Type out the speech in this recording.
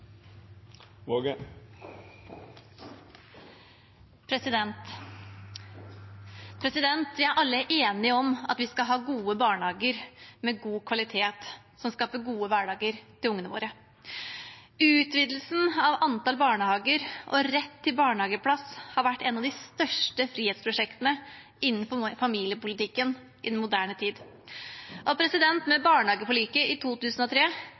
alle enige om at vi skal ha gode barnehager med god kvalitet som skaper gode hverdager for ungene våre. Utvidelsen av antall barnehager og rett til barnehageplass har vært et av de største frihetsprosjektene innen familiepolitikken i moderne tid. Med barnehageforliket i 2003